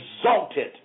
exalted